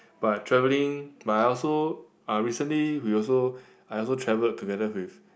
but travelling but I also ah recently we also I also travelled together with